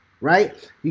right